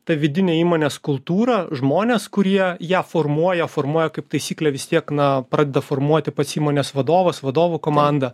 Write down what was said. tą vidinę įmonės kultūrą žmonės kurie ją formuoja formuoja kaip taisyklė vis tiek na pradeda formuoti pats įmonės vadovas vadovų komanda